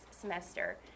semester